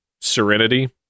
Serenity